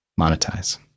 monetize